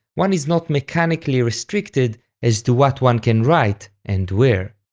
one is not mechanically restricted as to what one can write, and where.